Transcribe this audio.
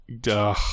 Duh